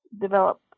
develop